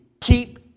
keep